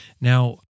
Now